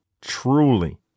truly